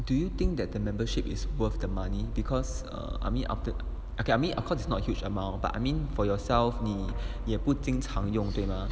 do you think that the membership is worth the money because err I mean after I mean of cause it's not huge amount but I mean for yourself 你也不经常用对吗